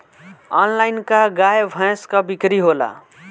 Online का गाय भैंस क बिक्री होला?